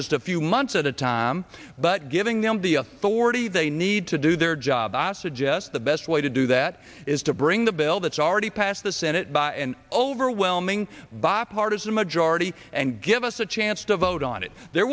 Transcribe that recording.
just a few months at a time but giving them the authority they need to do their job i suggest the best way to do that is to bring the bill that's already passed the senate by an overwhelming bipartisan majority and give us a chance to vote on it there